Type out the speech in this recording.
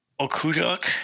Okuduk